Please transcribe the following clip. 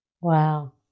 Wow